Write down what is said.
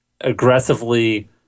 aggressively